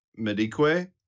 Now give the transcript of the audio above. Medique